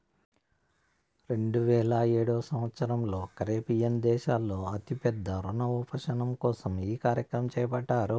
రెండువేల ఏడవ సంవచ్చరంలో కరేబియన్ దేశాల్లో అతి పెద్ద రుణ ఉపశమనం కోసం ఈ కార్యక్రమం చేపట్టారు